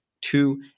Two